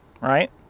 right